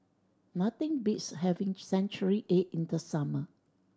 nothing beats having century egg in the summer